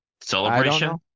Celebration